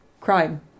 crime